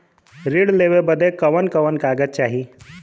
ऋण लेवे बदे कवन कवन कागज चाही?